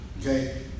okay